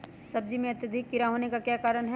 सब्जी में अत्यधिक कीड़ा होने का क्या कारण हैं?